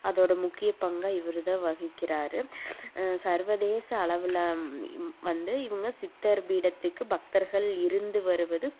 அதோடய முக்கிய பங்காக இவர் தான் வகிக்கிறார் சர்வதேச அளவில் வந்து இவங்க சித்தர் பீடத்துக்கு பக்தர்கள் இருந்து வருவது